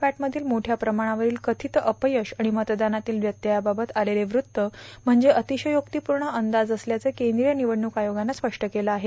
पॅटमषील मोठ्या प्रमाणावरील कथित अपयश आणि मतदानातील व्यत्यावावत आलेले वृत्त म्हणजे अतिशयोक्तीपूर्ण अंदाज असल्याचं केंद्रीय निवडणूक आयोगानं स्पष्ट केलं आहे